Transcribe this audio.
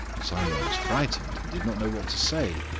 simon was frightened, and did not know what to say.